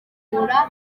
kuzamura